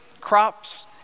crops